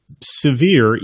severe